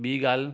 ॿी ॻाल्हि